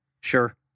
sure